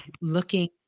looking